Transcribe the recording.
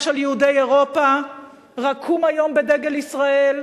של יהודי אירופה רקום היום בדגל ישראל,